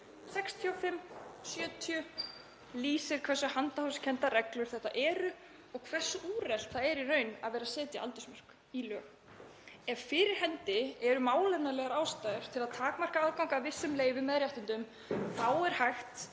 eða 70, lýsir því hversu handahófskenndar reglur þetta eru og hversu úrelt það er í raun að vera að setja aldursmörk í lög. Ef fyrir hendi eru málefnalegar ástæður til að takmarka aðgang að vissum leyfum eða réttindum er hægt